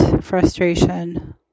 frustration